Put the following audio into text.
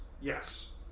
Yes